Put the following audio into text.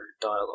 dialogue